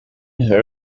her